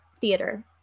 theater